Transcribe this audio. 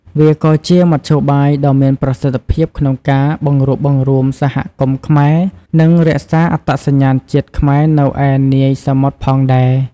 វាក៏ជាមធ្យោបាយដ៏មានប្រសិទ្ធភាពក្នុងការបង្រួបបង្រួមសហគមន៍ខ្មែរ និងរក្សាអត្តសញ្ញាណជាតិខ្មែរនៅឯនាយសមុទ្រផងដែរ។